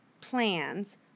plans